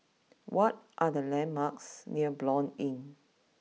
what are the landmarks near Blanc Inn